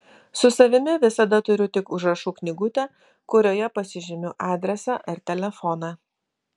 su savimi visada turiu tik užrašų knygutę kurioje pasižymiu adresą ar telefoną